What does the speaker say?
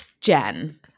Jen